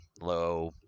low